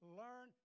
learn